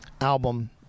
album